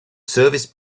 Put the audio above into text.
service